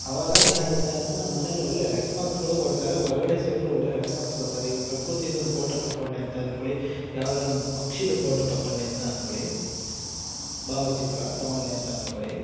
ಅವಾಗ ಏನಾಗುತ್ತೆ ಅಂದರೆ ನಮ್ಮ ಮನೆಲ್ಲಿ ಒಳ್ಳೆಯ ರೆಸ್ಪಾನ್ಸ್ಗಳು ಕೊಡ್ತಾರೆ ಹೊರ್ಗಡೆ ಸೈಡು ಒಳ್ಳೆಯ ರೆಸ್ಪಾನ್ಸ್ ಕೊಡ್ತಾರೆ ಈಗ ಪ್ರಕೃತಿದೊಂದು ಫೋಟೋ ತಗೊಂಡೆ ಅಂತ ಅಂದ್ಕೊಳ್ಳಿ ಯಾವ್ದಾರೂ ಒಂದು ಪಕ್ಷಿದು ಫೋಟೋ ತಗೊಂಡೆ ಅಂತ ಅಂದ್ಕೊಳ್ಳಿ ಭಾವಚಿತ್ರ ತೊಗೊಂಡೆ ಅಂತ ಅಂದುಕೊಳ್ಳಿ